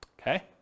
okay